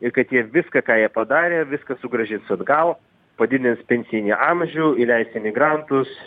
ir kad jie viską ką jie padarė viską sugrąžins atgal padidins pensijinį amžių įleis imigrantus